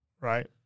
right